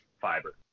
fiber